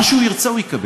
מה שהוא ירצה, הוא יקבל.